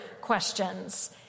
questions